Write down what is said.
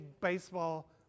baseball